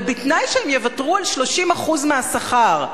אבל בתנאי שהם יוותרו על 30% מהשכר.